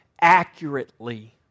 accurately